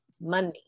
money